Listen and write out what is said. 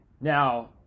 Now